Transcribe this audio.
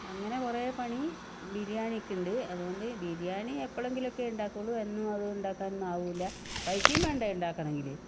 അങ്ങനെ കുറേ പണി ബിരിയാണിക്ക് ഉണ്ട് അതുകൊണ്ട് ബിരിയാണി എപ്പോഴെങ്കിലൊക്കെ ഉണ്ടാക്കുള്ളു എന്നും അത് ഉണ്ടാക്കാനൊന്നും ആവില്ല പൈസയും വേണ്ടേ ഉണ്ടാക്കണമെങ്കില്